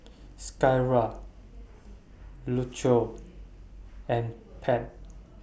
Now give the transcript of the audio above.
Skyla Lucio and Pate